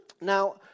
Now